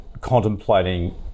contemplating